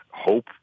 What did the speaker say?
hope